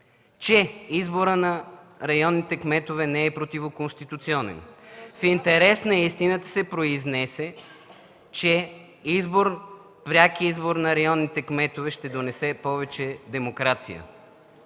че изборът на районните кметове не е противоконституционен. В интерес на истината се произнесе, че пряк избор на районните кметове ще донесе повече демокрация.